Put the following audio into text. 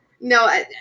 No